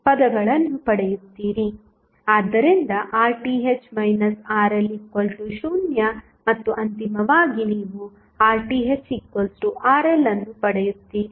ಆದ್ದರಿಂದ RTh RL 0 ಮತ್ತು ಅಂತಿಮವಾಗಿ ನೀವು RThRL ಅನ್ನು ಪಡೆಯುತ್ತೀರಿ